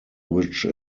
which